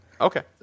Okay